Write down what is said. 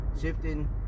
shifting